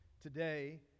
today